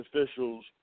officials